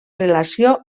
relació